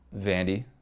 Vandy